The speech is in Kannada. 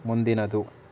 ಮುಂದಿನದು